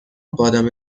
بادام